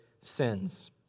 sins